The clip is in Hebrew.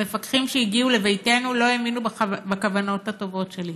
המפקחים שהגיעו לביתנו לא האמינו בכוונות הטובות שלי.